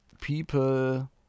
people